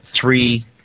three